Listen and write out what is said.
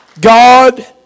God